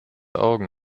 augen